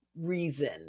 reason